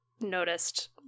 noticed